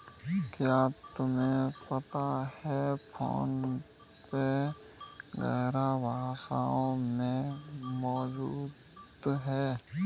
क्या तुम्हें पता है फोन पे ग्यारह भाषाओं में मौजूद है?